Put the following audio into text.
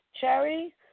Cherry